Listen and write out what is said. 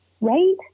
right